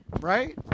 right